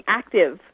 active